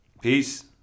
Peace